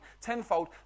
tenfold